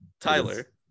tyler